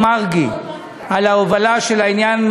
המהלך הזה.